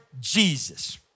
Jesus